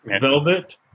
velvet